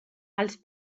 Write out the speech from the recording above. els